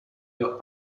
los